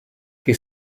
che